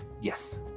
Yes